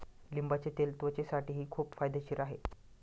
लिंबाचे तेल त्वचेसाठीही खूप फायदेशीर आहे